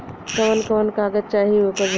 कवन कवन कागज चाही ओकर बदे?